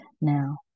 Now